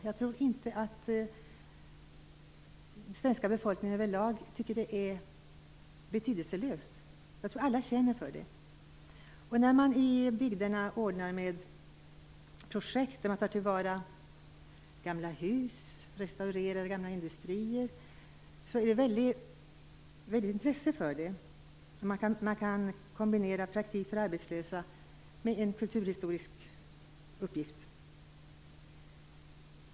Jag tror inte att den svenska befolkningen över lag tycker att det är betydelselöst. Jag tror att alla känner för det. När man i bygderna ordnar med projekt där man tar till vara gamla hus eller restaurerar gamla industrier finns det ett väldigt intresse för det. Man kan kombinera praktik för arbetslösa med en kulturhistorisk uppgift.